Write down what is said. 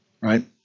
Right